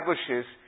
establishes